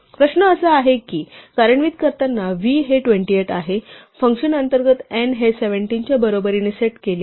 प्रश्न असा आहे की कार्यान्वित करताना v हे 28 आहे फंक्शन अंतर्गत n हे 17 च्या बरोबरीने सेट केले आहे